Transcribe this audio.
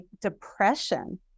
depression